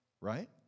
Right